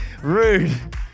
rude